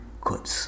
good